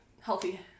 Healthy